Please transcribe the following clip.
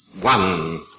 one